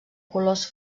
colors